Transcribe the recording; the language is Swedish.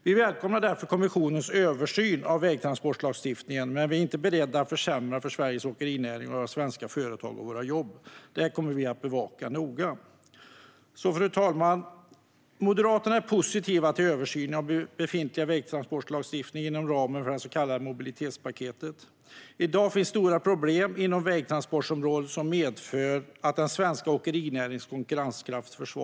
Vi välkomnar därför kommissionens översyn av vägtransportlagstiftningen, men vi är inte beredda att försämra för Sveriges åkerinäring och för svenska företag och jobb. Detta kommer vi att bevaka noga. Fru talman! Moderaterna är positiva till översynen av den befintliga vägtransportlagstiftningen inom ramen för det så kallade mobilitetspaketet. I dag finns stora problem inom vägtransportområdet som medför att den svenska åkerinäringens konkurrenskraft försvagas.